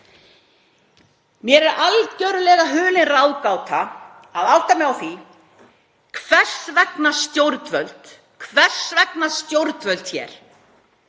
Mér er algerlega hulin ráðgáta að átta mig á því hvers vegna stjórnvöld hér